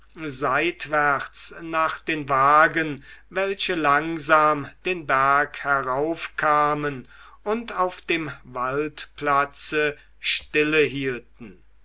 seitwärts nach den wagen welche langsam den berg heraufkamen und auf dem waldplatze stille hielten